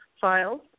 files